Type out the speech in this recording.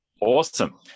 Awesome